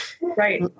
Right